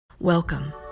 Welcome